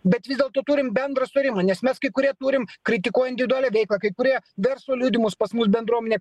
bet vis dėlto turim bendrą sutarimą nes mes kai kurie turim kritikuoja individualią veiklą kai kurie verslo liudijimus pas mus bendruomenė